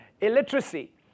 Illiteracy